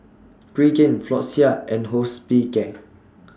Pregain Floxia and Hospicare